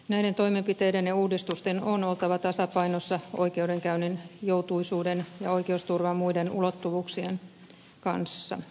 näiden toimenpiteiden ja uudistusten on oltava tasapainossa oikeudenkäynnin joutuisuuden ja oikeusturvan muiden ulottuvuuksien kanssa